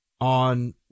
on